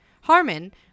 Harmon